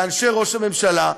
לאנשי ראש הממשלה,